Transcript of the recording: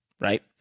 right